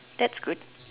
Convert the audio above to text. that's good